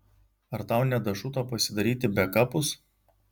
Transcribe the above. ar tau nedašuto pasidaryti bekapus